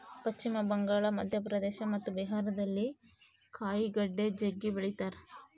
ಪಶ್ಚಿಮ ಬಂಗಾಳ, ಮಧ್ಯಪ್ರದೇಶ ಮತ್ತು ಬಿಹಾರದಲ್ಲಿ ಕಾಯಿಗಡ್ಡೆ ಜಗ್ಗಿ ಬೆಳಿತಾರ